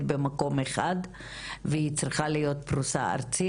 במקום אחד והיא צריכה להיות פרוסה ארצית.